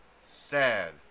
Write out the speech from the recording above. Sad